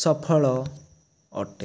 ସଫଳତା ଅଟେ